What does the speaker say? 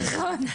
נכון.